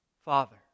Father